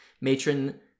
Matron